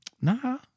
nah